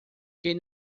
quem